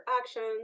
actions